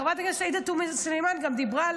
חברת הכנסת עאידה תומא סלימאן גם דיברה,